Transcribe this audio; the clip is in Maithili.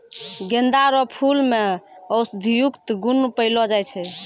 गेंदा रो फूल मे औषधियुक्त गुण पयलो जाय छै